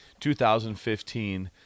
2015